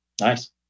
Nice